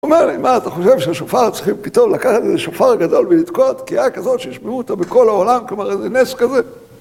הוא אומר לי, מה אתה חושב שהשופר צריכים פתאום לקחת איזה שופר גדול ולתקוע תקיעה כזאת שישמעו אותה בכל העולם, כלומר, איזה נס כזה.